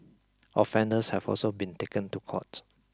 offenders have also been taken to court